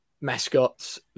mascots